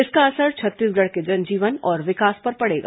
इसका असर छत्तीसगढ़ के जनजीवन और विकास पर पड़ेगा